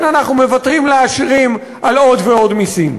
אנחנו מוותרים לעשירים על עוד ועוד מסים.